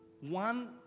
One